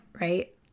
Right